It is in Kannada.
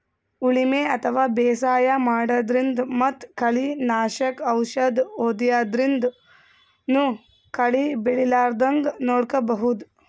ಉಳಿಮೆ ಅಥವಾ ಬೇಸಾಯ ಮಾಡದ್ರಿನ್ದ್ ಮತ್ತ್ ಕಳಿ ನಾಶಕ್ ಔಷದ್ ಹೋದ್ಯಾದ್ರಿನ್ದನೂ ಕಳಿ ಬೆಳಿಲಾರದಂಗ್ ನೋಡ್ಕೊಬಹುದ್